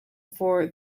for